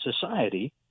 society